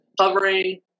hovering